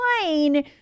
plane